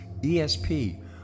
ESP